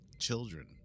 Children